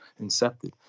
incepted